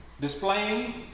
displaying